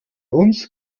uns